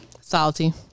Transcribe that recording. Salty